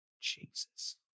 Jesus